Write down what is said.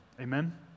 Amen